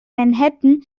manhattan